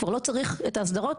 כבר לא צריך את האסדרות,